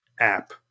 app